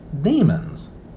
Demons